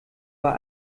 war